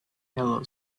yellow